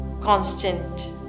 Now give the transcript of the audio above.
constant